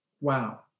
Wow